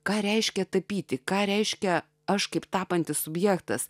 ką reiškia tapyti ką reiškia aš kaip tapantis subjektas